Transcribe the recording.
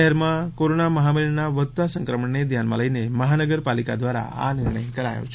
શહેરમાં કોરના મહામારીના વધતા સંક્રમણને ધ્યાનમાં લઈને મહાનગરપાલિકા દ્વારા આ નિર્ણય કરાયો છે